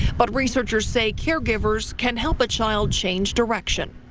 but researchers say caregivers can help a child change direction.